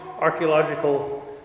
archaeological